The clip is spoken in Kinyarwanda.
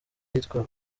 ahitwa